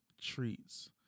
treats